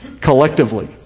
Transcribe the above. collectively